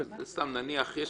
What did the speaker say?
נניח יש